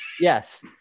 Yes